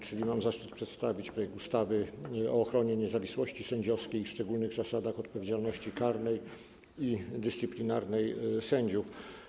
Czyli mam zaszczyt przedstawić projekt ustawy o ochronie niezawisłości sędziowskiej i szczególnych zasadach odpowiedzialności karnej i dyscyplinarnej sędziów.